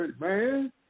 man